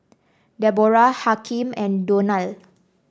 Deborrah Hakim and Donal